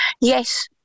Yes